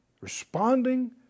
responding